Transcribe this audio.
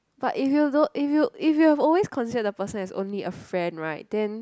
but if you don't if you if you've always considered the person as only a friend right then